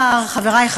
אקוניס,